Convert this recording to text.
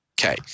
okay